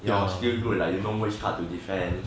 you are still good like you know which part to defend